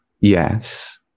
Yes